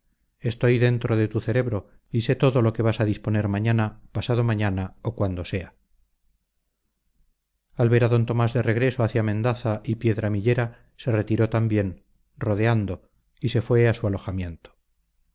estoy dentro de tu cerebro y sé todo lo que vas a disponer mañana pasado mañana o cuando sea al ver a d tomás de regreso hacia mendaza y piedramillera se retiró también rodeando y se fue a su alojamiento